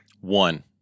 One